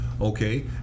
Okay